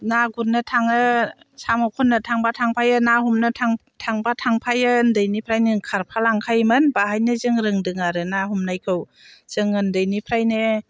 ना गुरनो थाङो साम' खननो थांबा थांफायो ना हमनो थांबा थांफायो उन्दैनिफ्रायनो खारफा लांखायोमोन बाहायनो जों रोंदों आरो ना हमनायखौ जों उन्दैनिफ्रायनो